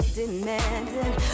demanding